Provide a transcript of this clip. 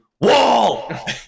Wall